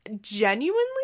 genuinely